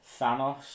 thanos